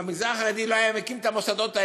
אם המגזר החרדי לא היה מקים את המוסדות האלה,